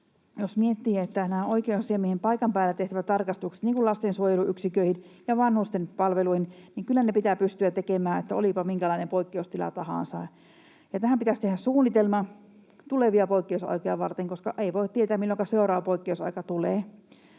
Jos miettii näitä oikeusasianmiehen paikan päällä tehtäviä tarkastuksia lastensuojeluyksiköihin ja vanhusten palveluihin, niin kyllä ne pitää pystyä tekemään, olipa minkälainen poikkeustila tahansa. Tähän pitäisi tehdä suunnitelma tulevia poikkeusaikoja varten, koska ei voi tietää, milloinka seuraava poikkeusaika tulee.